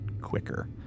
quicker